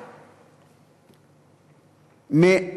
אני, ברשותך,